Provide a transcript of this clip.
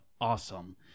awesome